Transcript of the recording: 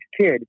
kid